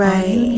Right